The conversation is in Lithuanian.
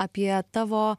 apie tavo